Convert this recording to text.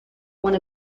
one